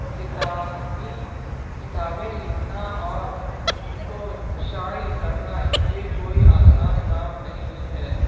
کتابیں کتابیں لکھنا اور ان کو شائع کرنا یہ کوئی آسان کام نہیں ہے